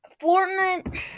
Fortnite